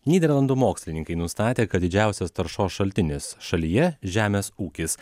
nyderlandų mokslininkai nustatė kad didžiausias taršos šaltinis šalyje žemės ūkis